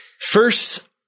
First